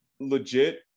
Legit